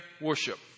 worship